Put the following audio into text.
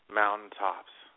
mountaintops